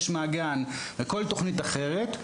את תוכנית ׳מעגן׳ וכל תוכנית אחרת,